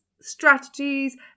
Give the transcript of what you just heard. strategies